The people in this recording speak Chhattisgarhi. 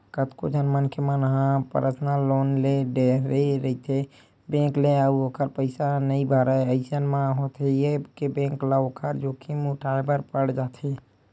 कतको झन मनखे मन ह पर्सनल लोन ले डरथे रहिथे बेंक ले अउ ओखर पइसा नइ भरय अइसन म होथे ये के बेंक ल ओखर जोखिम उठाय बर पड़ जाथे